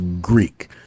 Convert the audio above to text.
Greek